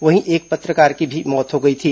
वहीं एक पत्रकार की भी मौत हो गई थी